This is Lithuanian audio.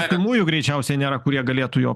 artimųjų greičiausiai nėra kurie galėtų juo